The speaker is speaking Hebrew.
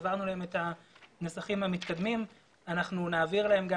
העברנו אליהם את הנוסחים המתקדמים ונעביר אליהם גם